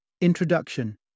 Introduction